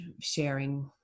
sharing